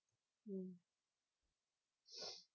mm